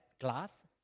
glass